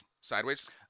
Sideways